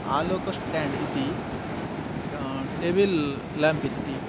आलोक stand इति table lamp इति